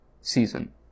season